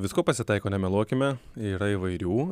visko pasitaiko nemeluokime yra įvairių